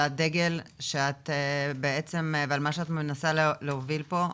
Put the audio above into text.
על הדגל שאת בעצם ועל מה שאת מנסה להוביל פה,